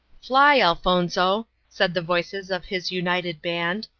fly, elfonzo, said the voices of his united band,